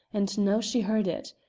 and now she heard it.